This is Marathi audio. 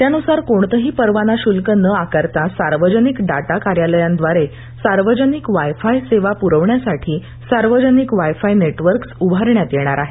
त्यानुसार कोणतंही परवाना शुल्क न आकारता सार्वजनिक डाटा कार्यालयांद्वारे सार्वजनिक वाय फाय सेवा प्रवण्यासाठी सार्वजनिक वाय फाय नेटवर्क्स उभारण्यात येणार आहे